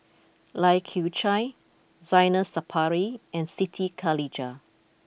Lai Kew Chai Zainal Sapari and Siti Khalijah